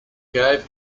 gave